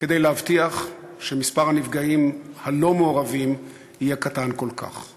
כדי להבטיח שמספר הנפגעים הלא-מעורבים יהיה קטן כל כך.